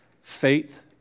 Faith